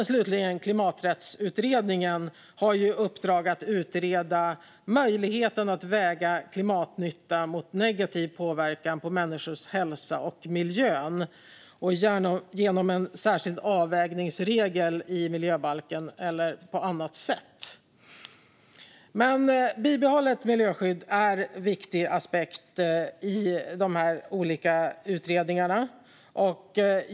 Slutligen har Klimaträttsutredningen i uppdrag att utreda möjligheten att väga klimatnytta mot negativ påverkan på människors hälsa och miljön genom en särskild avvägningsregel i miljöbalken eller på annat sätt. Men bibehållet miljöskydd är en viktig aspekt i dessa olika utredningar.